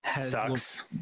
Sucks